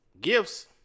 Gifts